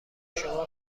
شما